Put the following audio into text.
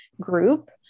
group